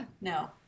no